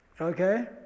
okay